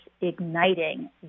igniting